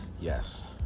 Yes